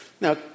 Now